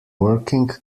working